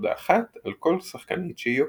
- נקודה אחת על כל שחקית שהיא עוקפת.